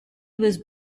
was